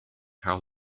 how